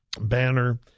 banner